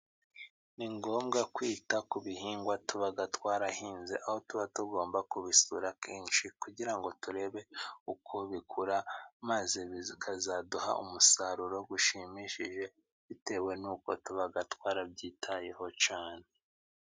Ni ngombwa kwita ku bihingwa tuba twarahinze, aho tuba tugomba kubisura kenshi kugira ngo turebe uko bikura, maze bikazaduha umusaruro gushimishije bitewe n'uko tuba twarabyitayeho cyane.